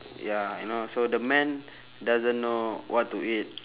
ya you know so the man doesn't know what to eat